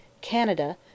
Canada